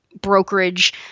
brokerage